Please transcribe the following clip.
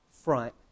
front